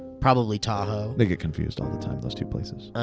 probably tahoe. they get confused all the time those two places.